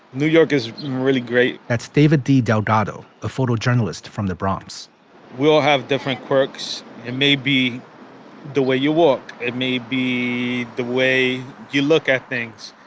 new york is really great. that's david delgado, a photojournalist from the bronx we all have different quirks. it may be the way you walk. it may be the way you look at things.